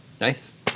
nice